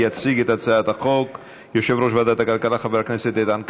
יציג את הצעת החוק יושב-ראש ועדת הכלכלה חבר הכנסת איתן כבל.